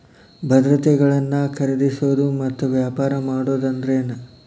ಭದ್ರತೆಗಳನ್ನ ಖರೇದಿಸೋದು ಮತ್ತ ವ್ಯಾಪಾರ ಮಾಡೋದ್ ಅಂದ್ರೆನ